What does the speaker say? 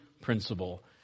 principle